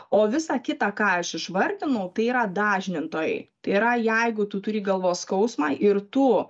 o visa kita ką aš išvardinau tai yra dažnintojai tai yra jeigu tu turi galvos skausmą ir tu